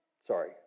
sorry